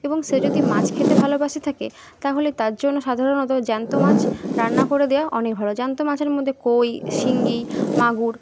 এবং সে যদি মাছ খেতে ভালোবেসে থাকে তাহলে তার জন্য সাধারণত জ্যান্ত মাছ রান্না করে দেওয়া অনেক ভালো জ্যান্ত মাছের মধ্যে কই শিঙি মাগুর